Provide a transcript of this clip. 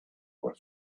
were